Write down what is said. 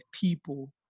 people